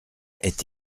est